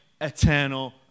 eternal